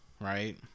right